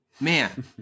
Man